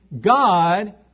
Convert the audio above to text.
God